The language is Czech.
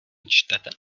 čtete